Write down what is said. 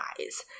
eyes